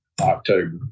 october